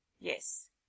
Yes